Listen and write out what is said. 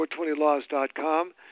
420laws.com